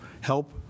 help